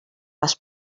les